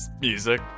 Music